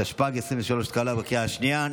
התשפ"ג 2023, התקבלה בקריאה השנייה.